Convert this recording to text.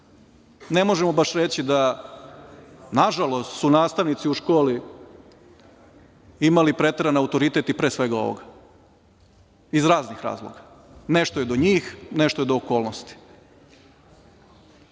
ne možemo baš reći da nažalost su nastavnici u školi imali preteran autoritet i pre svega ovoga. Iz raznih razloga. Nešto je do njih, nešto je do okolnosti. Kako